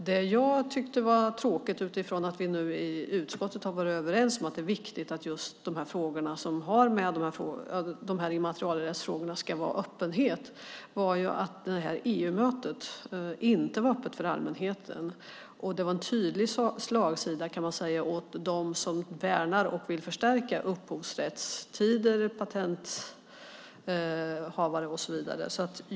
Det jag tyckte var tråkigt, utifrån att vi i utskottet har varit överens om att det är viktigt med öppenhet just när det gäller de immaterialrättsliga frågorna, var att det EU-mötet inte var öppet för allmänheten. Och det var en tydlig slagsida, kan man säga, åt dem som värnar och vill förstärka upphovsrättstider, patenthavare och så vidare.